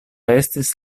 estis